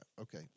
Okay